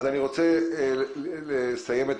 אני רוצה להמשיך את